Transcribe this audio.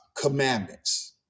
commandments